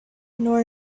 nor